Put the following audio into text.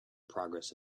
progress